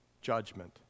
judgment